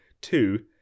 Two